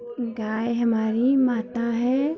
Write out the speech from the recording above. गाय हमारी माता है